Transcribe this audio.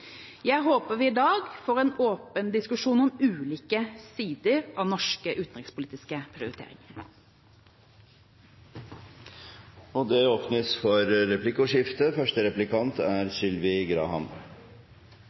Jeg håper vi i dag får en åpen diskusjon om ulike sider av norske utenrikspolitiske prioriteringer. Det åpnes for replikkordskifte.